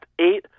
eight